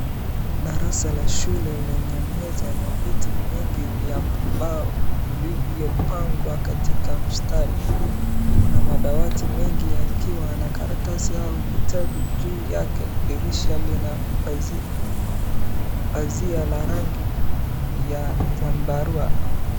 Darasa la shule lenye meza na viti vingi vya mbao vilivyopangwa katika mstari. Kuna madawati mengi yakiwa na karatasi au vitabu juu yake. Dirisha lina pazia la rangi ya zambarua.